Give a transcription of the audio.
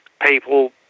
people